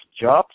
jobs